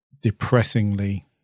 depressingly